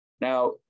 Now